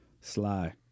Sly